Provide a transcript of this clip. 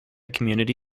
community